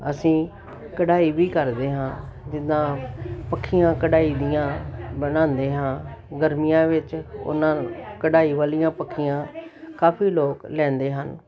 ਅਸੀਂ ਕਢਾਈ ਵੀ ਕਰਦੇ ਹਾਂ ਜਿੱਦਾਂ ਪੱਖੀਆਂ ਕਢਾਈ ਦੀਆਂ ਬਣਾਉਂਦੇ ਹਾਂ ਗਰਮੀਆਂ ਵਿੱਚ ਉਹਨਾਂ ਕਢਾਈ ਵਾਲੀਆਂ ਪੱਖੀਆਂ ਕਾਫੀ ਲੋਕ ਲੈਂਦੇ ਹਨ